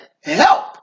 help